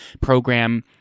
program